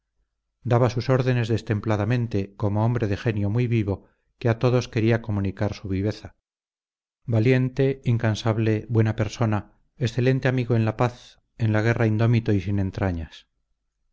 daba sus órdenes destempladamente como hombre de genio muy vivo que a todos quería comunicar su viveza valiente incansable buena persona excelente amigo en la paz en la guerra indómito y sin entrañas